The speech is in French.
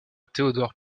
théodore